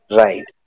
right